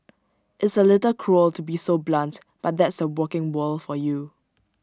it's A little cruel to be so blunt but that's the working world for you